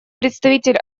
представитель